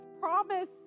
promise